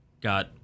got